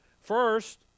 First